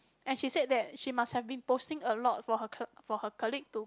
and she said that she must have been posting a lot for her cl~ for her colleague to